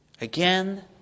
Again